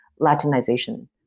Latinization